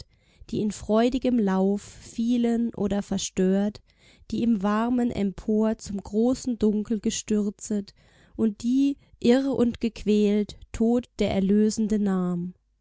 die in freudigem lauf fielen oder verstört die im warmen empor zum großen dunkel gestürzet und die irr und gequält tod der erlösende nahm